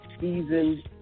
seasoned